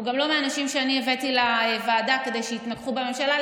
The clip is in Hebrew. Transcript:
הוא גם לא מהאנשים שאני הבאתי לוועדה כדי שיתנגחו בממשלה.